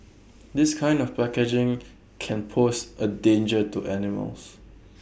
this kind of packaging can pose A danger to animals